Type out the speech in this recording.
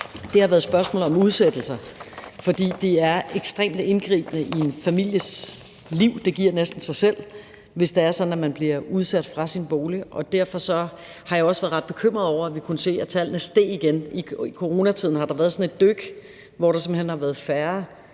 fulgt, været tallet for udsættelser, for det er ekstremt indgribende i en families liv, hvis man bliver udsat fra sin bolig. Det giver næsten sig selv. Derfor har jeg også været ret bekymret over, at vi kunne se, at tallene steg igen – i coronatiden har der været sådan et dyk, hvor der simpelt hen har været færre